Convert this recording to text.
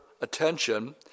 attention